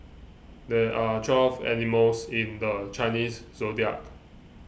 there are twelve animals in the Chinese zodiac